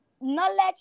Knowledge